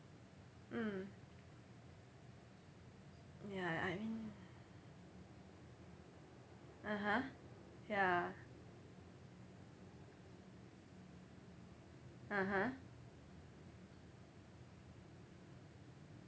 mm ya I mean (uh huh) ya (uh huh)